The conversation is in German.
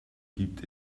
gibt